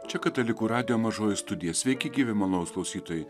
čia katalikų radijo mažoji studija sveiki gyvi malonūs klausytojai